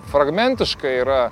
fragmentiškai yra